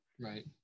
Right